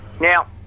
Now